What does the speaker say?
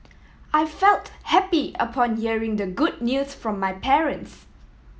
I felt happy upon hearing the good news from my parents